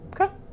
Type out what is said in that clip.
okay